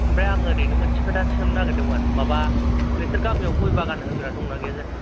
ओमफ्राय आङो ओरैनो मोनसे खोथा सोंनो नागिरदोंमोन माबा नोंसोर गामियाव गय बागान होग्रा दं ना गैया जाखो